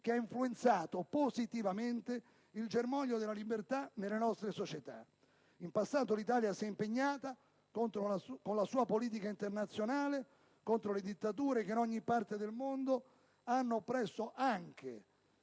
che ha influenzato positivamente il germoglio della libertà nelle nostre società. In passato l'Italia si è impegnata con la sua politica internazionale contro le dittature che in ogni parte del mondo hanno oppresso anche